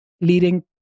leading